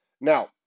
Now